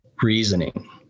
reasoning